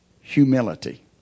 humility